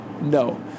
No